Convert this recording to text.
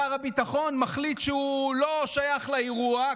שר הביטחון מחליט שהוא לא שייך לאירוע,